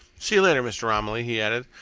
see you later, mr. romilly, he added.